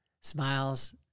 Smiles